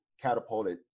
catapulted